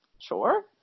Sure